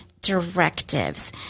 directives